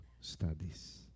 studies